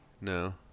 No